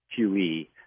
qe